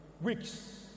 weeks